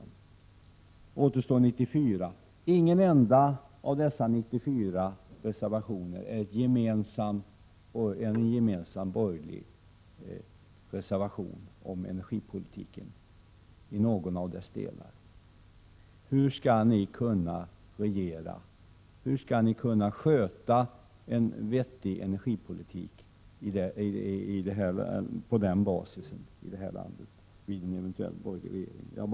Det återstår då 94 reservationer, och ingen av dessa 94 reservationer är en gemensam borgerlig reservation om energipolitiken i någon av dess delar. Hur skall ni kunna regera, hur skall ni i detta land kunna sköta en vettig energipolitik på den här grunden i en eventuell borgerlig regering?